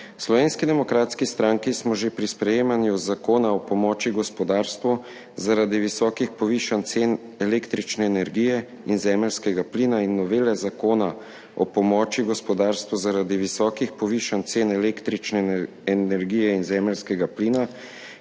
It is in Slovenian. Slovenski demokratski stranki smo že pri sprejemanju Zakona o pomoči gospodarstvu zaradi visokih povišanj cen električne energije in zemeljskega plina in novele Zakona o pomoči gospodarstvu zaradi visokih povišanj cen električne energije in zemeljskega plina,